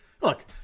look